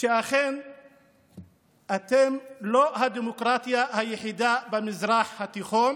שאכן אתם לא הדמוקרטיה היחידה במזרח התיכון,